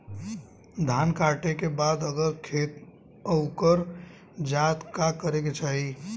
धान कांटेके बाद अगर खेत उकर जात का करे के चाही?